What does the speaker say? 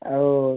ଆଉ